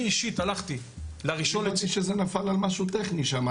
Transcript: אני אישית הלכתי לראשון לציון- -- הבנתי שזה נפל על משהו טכני שם,